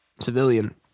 civilian